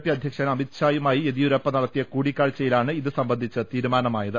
P അധ്യക്ഷൻ അമിത് ഷായുമായി യെദ്യൂരപ്പ് നടത്തിയ കൂടിക്കാഴ്ചയിലാണ് ഇത് സംബന്ധിച്ച തീരു മാനമായത്